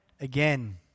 again